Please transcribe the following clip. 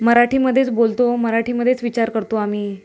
मराठीमध्येच बोलतो मराठीमध्येच विचार करतो आम्ही